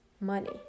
money